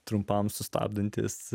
trumpam sustabdantis